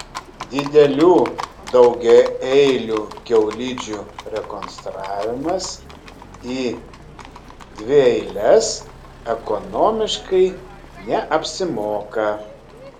didelių daugiaeilių kiaulidžių rekonstravimas į dvieiles ekonomiškai neapsimoka